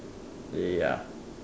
ya